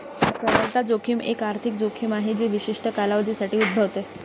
तरलता जोखीम एक आर्थिक जोखीम आहे जी विशिष्ट कालावधीसाठी उद्भवते